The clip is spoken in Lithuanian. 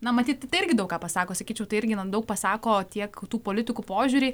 na matyt tai irgi daug ką pasako sakyčiau tai irgi daug pasako tiek tų politikų požiūrį